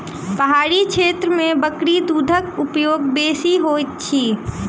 पहाड़ी क्षेत्र में बकरी दूधक उपयोग बेसी होइत अछि